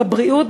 בבריאות,